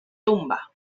tumba